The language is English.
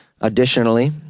Additionally